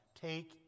take